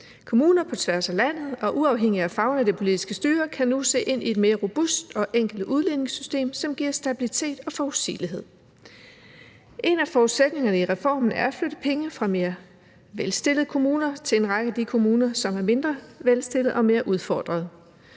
Kommuner på tværs af landet og uafhængig af farven af det politiske styre kan nu se ind i et mere robust og enkelt udligningssystem, som giver stabilitet og forudsigelighed. En af forudsætningerne i reformen er at flytte penge fra mere velstillede kommuner til en række af de kommuner, som er mindre velstillede og mere udfordrede.